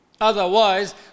Otherwise